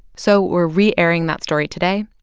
so we're re-airing that story today.